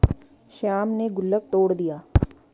श्याम ने गुल्लक तोड़ दिया